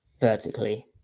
vertically